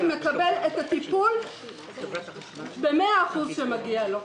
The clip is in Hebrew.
מקבל את הטיפול שמגיע לו במאה אחוז.